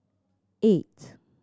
eight